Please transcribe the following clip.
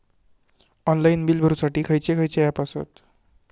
Online bill भरुच्यासाठी खयचे खयचे ऍप आसत?